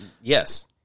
Yes